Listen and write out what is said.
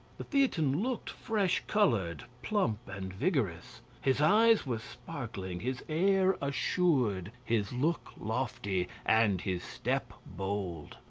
the theatin looked fresh coloured, plump, and vigorous his eyes were sparkling, his air assured, his look lofty, and his step bold.